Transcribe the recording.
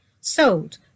sold